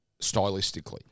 stylistically